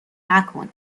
نکن